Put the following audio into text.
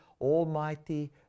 almighty